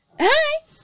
hi